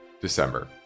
December